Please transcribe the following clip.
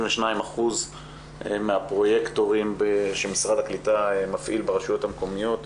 72% מהפרוייקטורים שמשרד הקליטה מפעיל ברשויות המקומיות,